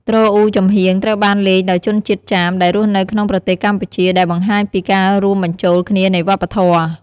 ទ្រអ៊ូចំហៀង ត្រូវបានលេងដោយជនជាតិចាមដែលរស់នៅក្នុងប្រទេសកម្ពុជា ដែលបង្ហាញពីការរួមបញ្ចូលគ្នានៃវប្បធម៌។